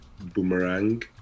boomerang